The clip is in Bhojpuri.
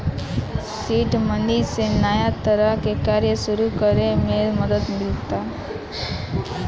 सीड मनी से नया तरह के कार्य सुरू करे में मदद मिलता